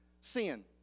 sin